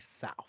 south